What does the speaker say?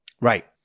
Right